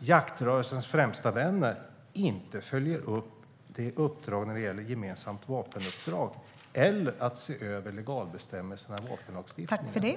jaktrörelsens främsta vänner, inte följa upp det som gäller gemensamt vapenuppdrag eller legalbestämmelserna i vapenlagstiftningen?